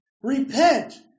repent